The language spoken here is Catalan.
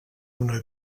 una